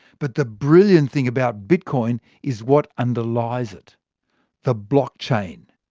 but the brilliant thing about bitcoin is what underlies it the block chain,